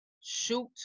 Shoot